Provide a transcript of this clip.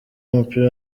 w’umupira